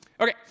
Okay